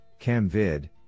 camvid